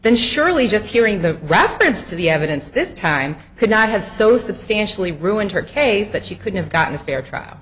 then surely just hearing the reference to the evidence this time could not have so substantially ruined her case that she couldn't have gotten a fair trial